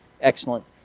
excellent